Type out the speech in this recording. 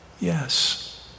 Yes